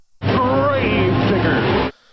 Gravedigger